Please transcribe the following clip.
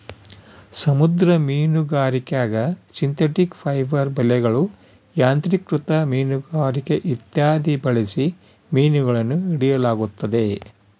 ಸಮುದ್ರ ಮೀನುಗಾರಿಕ್ಯಾಗ synthetic fibre ಬಲೆಗಳು, ಯಾಂತ್ರಿಕೃತ ಮೀನುಗಾರಿಕೆ ಇತ್ಯಾದಿ ಬಳಸಿ ಮೀನುಗಳನ್ನು ಹಿಡಿಯಲಾಗುತ್ತದೆ